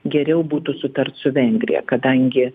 geriau būtų sutart su vengrija kadangi